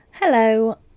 Hello